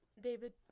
David